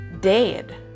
dead